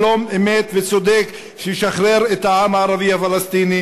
שלום אמיתי וצודק שישחרר את העם הערבי הפלסטיני